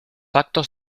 actos